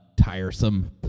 tiresome